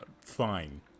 fine